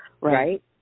right